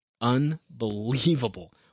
Unbelievable